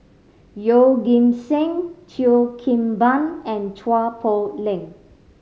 Yeoh Ghim Seng Cheo Kim Ban and Chua Poh Leng